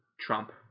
Trump